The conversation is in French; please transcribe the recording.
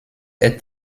est